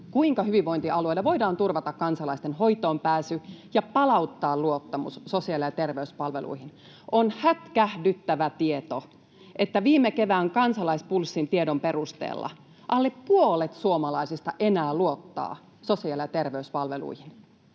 kuinka hyvinvointialueilla voidaan turvata kansalaisten hoitoonpääsy ja palauttaa luottamus sosiaali- ja terveyspalveluihin. On hätkähdyttävä tieto, että viime kevään Kansalaispulssin tiedon perusteella enää alle puolet suomalaisista luottaa sosiaali- ja terveyspalveluihin.